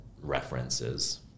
references